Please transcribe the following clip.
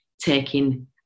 taking